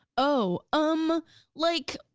oh, um like,